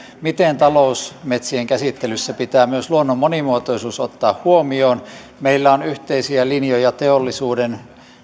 miten talousmetsien käsittelyssä pitää myös luonnon monimuotoisuus ottaa huomioon meillä on yhteisiä linjoja teollisuuden